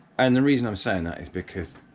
and the reason i'm saying that is because